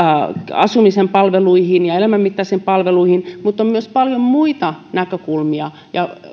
asumisen palveluihin ja elämänmittaisiin palveluihin mutta on myös paljon muita näkökulmia ja